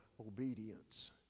obedience